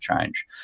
change